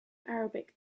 arabic